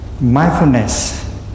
Mindfulness